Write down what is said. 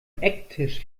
ecktisch